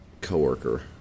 coworker